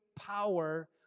power